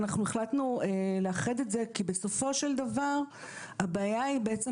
אנחנו החלטנו לאחד את זה - כי בסופו של דבר הבעיה היא בעצם